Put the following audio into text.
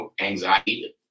anxiety